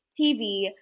TV